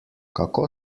kako